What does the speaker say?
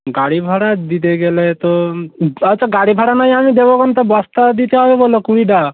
গাড়ি ভাড়া দিতে গেলে তো আচ্ছা গাড়ি ভাড়া নয় আমি দেবোখন তা বস্তা দিতে হবে বললো কুড়িটা